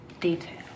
detail